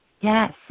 Yes